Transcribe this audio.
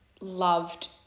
loved